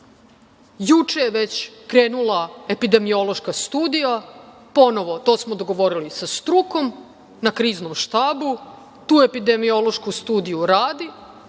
juče je već krenula epidemiološka studija, to smo dogovorili sa strukom na Kriznom štabu. Tu epidemiološku studiju rade